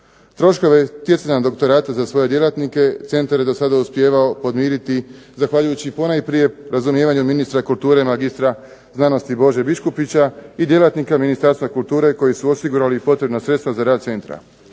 Troškove stjecanja doktorata za svoje djelatnike centar je dosada uspijevao podmiriti zahvaljujući ponajprije razumijevanju ministra kulture i mr. znanosti Bože Biškupića i djelatnika Ministarstva kulture koji su osigurali potrebna sredstva za rad centra.